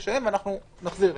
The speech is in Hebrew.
ונחזיר.